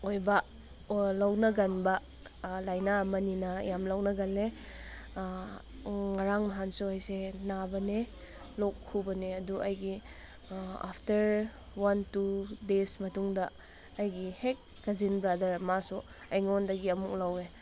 ꯑꯣꯏꯕ ꯂꯧꯅꯒꯟꯕ ꯂꯥꯏꯅꯥ ꯑꯃꯅꯤꯅ ꯌꯥꯝ ꯂꯧꯅꯒꯜꯂꯦ ꯉꯔꯥꯡ ꯅꯍꯥꯟꯁꯨ ꯑꯩꯁꯦ ꯅꯥꯕꯅꯦ ꯂꯣꯛ ꯈꯨꯕꯅꯦ ꯑꯗꯨ ꯑꯩꯒꯤ ꯑꯐꯇꯔ ꯋꯥꯟ ꯇꯨ ꯗꯦꯖ ꯃꯇꯨꯡꯗ ꯑꯩꯒꯤ ꯍꯦꯛ ꯀꯖꯤꯟ ꯕ꯭ꯔꯗꯔ ꯑꯃ ꯑꯃꯥꯁꯨ ꯑꯩꯉꯣꯟꯗꯒꯤ ꯑꯝꯨꯛ ꯂꯧꯋꯦ